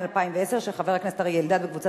שהפכה להצעה